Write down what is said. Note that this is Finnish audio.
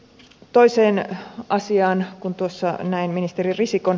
toiseen asiaan kun tuossa näin ministeri risikon